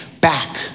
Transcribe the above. back